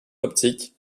optique